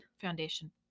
Foundation